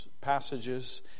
passages